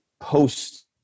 post